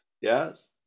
yes